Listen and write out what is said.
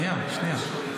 שנייה, שנייה.